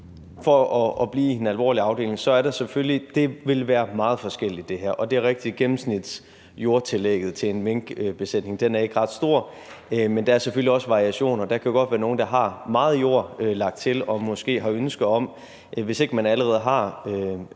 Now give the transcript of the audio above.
For at blive i den alvorlige afdeling: Det her vil selvfølgelig være meget forskelligt, og det er rigtigt, at gennemsnitsjordtillægget til en minkbesætning er ikke ret stort, men der er selvfølgelig også variationer. Der kan godt være nogle, der har meget jord lagt til, og hvis man ikke allerede har